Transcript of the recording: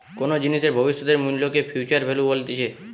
কোনো জিনিসের ভবিষ্যতের মূল্যকে ফিউচার ভ্যালু বলতিছে